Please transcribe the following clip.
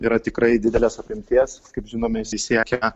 yra tikrai didelės apimties kaip žinome jis siekia